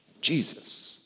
Jesus